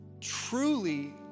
truly